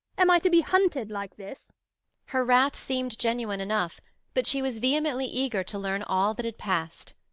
am i to be hunted like this her wrath seemed genuine enough but she was vehemently eager to learn all that had passed.